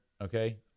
Okay